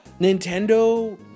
Nintendo